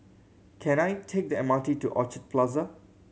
can I take the M R T to Orchard Plaza